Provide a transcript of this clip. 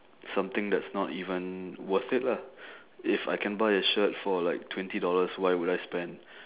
something that's not even worth it lah if I can buy a shirt for like twenty dollars why would I spend